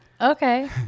okay